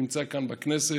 נמצא כאן בכנסת,